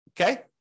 okay